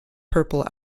purple